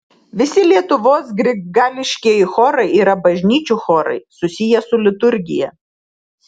visi lietuvos grigališkieji chorai yra bažnyčių chorai susiję su liturgija